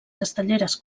castelleres